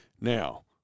Now